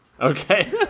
Okay